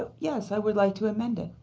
yes, i would like to amend it.